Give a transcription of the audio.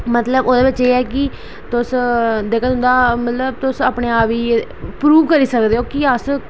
मतलब ओह्दे बिच एह् ऐ कि तुस जेह्का मतलब कि जेह्का तुं'दा मतलब तुस अपने आप गी जेह्का प्रूव ' करी सकदे ओ करी जेह्का अस